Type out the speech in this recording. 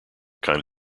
kind